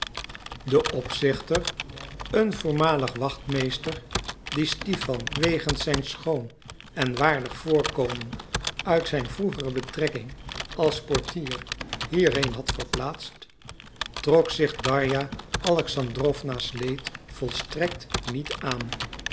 de opzichter een voormalig wachtmeester dien stipan wegens zijn schoon en waardig voorkomen uit zijn vroegere betrekking als portier hierheen had verplaatst trok zich darja alexandrowna's leed volstrekt niet aan